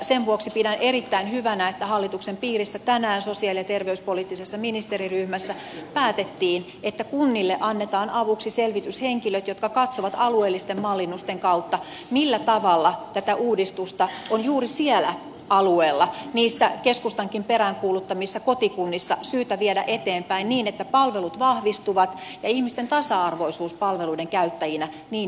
sen vuoksi pidän erittäin hyvänä että hallituksen piirissä tänään sosiaali ja terveyspoliittisessa ministeriryhmässä päätettiin että kunnille annetaan avuksi selvityshenkilöt jotka katsovat alueellisten mallinnusten kautta millä tavalla tätä uudistusta on juuri siellä alueilla niissä keskustankin peräänkuuluttamissa kotikunnissa syytä viedä eteenpäin niin että palvelut vahvistuvat ja ihmisten tasa arvoisuus palveluiden käyttäjinä niin ikään vahvistuu